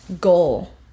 goal